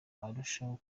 arushaho